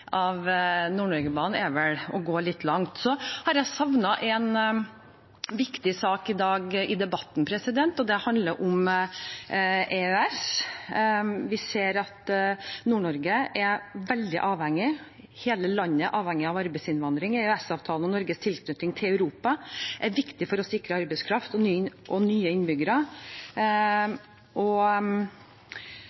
er vel å gå litt langt. Så har jeg savnet en viktig sak i debatten i dag. Det handler om EØS. Vi ser at Nord-Norge er veldig avhengig av – hele landet er avhengig av – arbeidsinnvandring. EØS-avtalen og Norges tilknytning til Europa er viktig for å sikre arbeidskraft og nye